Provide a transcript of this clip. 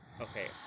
Okay